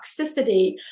toxicity